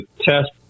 test